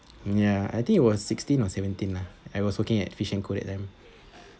ya I think it was sixteen or seventeen lah I was working at fish and co that time